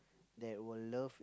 that will love